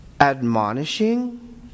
admonishing